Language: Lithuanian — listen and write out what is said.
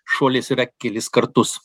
šuolis yra kelis kartus